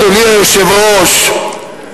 אדוני היושב-ראש,